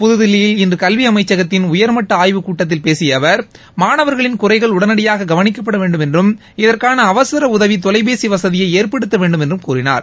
புதுதில்லியில் இன்று கல்வி அமைச்சகத்தின் உயர்மட்ட ஆய்வுக்கூட்டத்தில் பேசிய அவர் மாணவர்களின் குறைகள் உடனடியாக கவனிக்கப்பட வேண்டும் என்றும் இதற்கான அவசர உதவி தொலைபேசி வசதியை ஏற்படுத்த வேண்டும் என்றும் கூறினார்